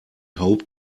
hope